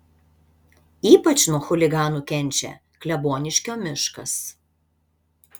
ypač nuo chuliganų kenčia kleboniškio miškas